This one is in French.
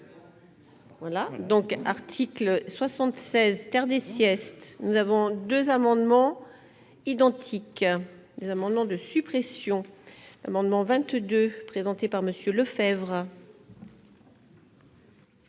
Voilà donc article 76, terre des siestes, nous avons 2 amendements identiques les amendements de suppression d'amendement 22 présenté par Monsieur Lefebvre.